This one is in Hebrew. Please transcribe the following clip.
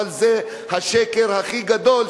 אבל זה השקר הכי גדול,